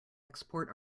export